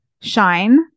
shine